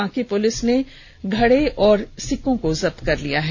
Panki police ने घड़ा और सिक्कों को जब्त कर लिया है